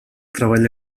treball